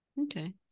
Okay